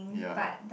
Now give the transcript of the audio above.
yeah